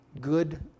good